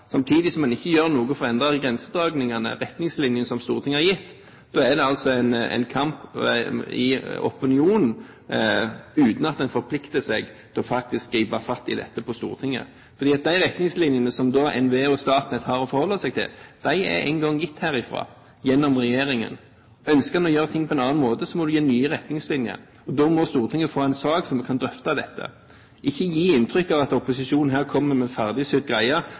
samtidig som en ikke gjør noe for å endre grensedragningene – retningslinjene som Stortinget har gitt – da er det en kamp i opinionen, uten at en forplikter seg til å gripe fatt i dette på Stortinget. For de retningslinjene som NVE og Statnett har å forholde seg til, er nå engang gitt herfra, gjennom regjeringen. Ønsker en å gjøre ting på en annen måte, må det gis nye retningslinjer. Da må Stortinget få en sak, så vi kan drøfte dette – og ikke gi inntrykk av at opposisjonen her kommer med en ferdigsydd greie,